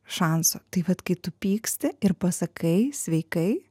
šansų tai vat kai tu pyksti ir pasakai sveikai